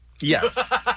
Yes